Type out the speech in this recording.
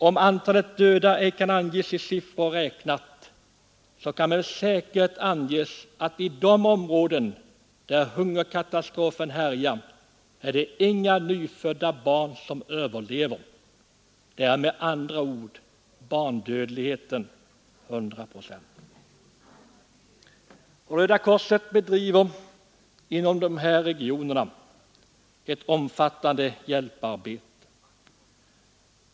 Om antalet döda ej kan angivas i siffror räknat, så kan med säkerhet sägas att i de områden där hungerkatastrofen härjar är det inga nyfödda barn som överlever; där är med andra ord barndödligheten 100 procent. Röda korset bedriver inom de här regionerna ett omfattande hjälparbete.